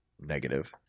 Negative